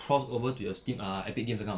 crossover to your steam uh epic games account